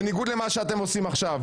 בניגוד למה שאתם עושים עכשיו.